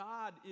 God